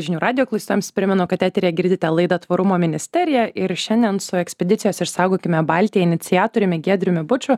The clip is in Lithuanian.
žinių radijo klausytojams primenu kad eteryje girdite laidą tvarumo ministerija ir šiandien su ekspedicijos išsaugokime baltiją iniciatoriumi giedriumi buču